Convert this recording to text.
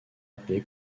appelé